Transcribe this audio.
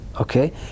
okay